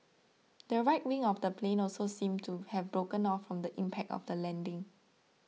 the right wing of the plane also seemed to have broken off from the impact of the landing